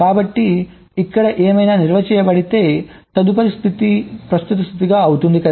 కాబట్టి ఇక్కడ ఏమైనా నిల్వ చేయబడితే తదుపరి స్థితి ప్రస్తుత స్థితి గా అవుతుంది కదా